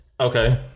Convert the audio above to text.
Okay